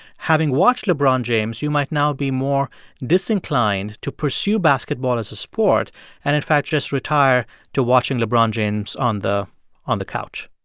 having watched lebron james, you might now be more disinclined to pursue basketball as a sport and in fact just retire to watching lebron james on the on the couch?